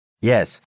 Yes